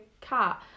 cat